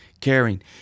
Caring